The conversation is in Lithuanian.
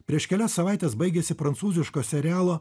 prieš kelias savaites baigėsi prancūziško serialo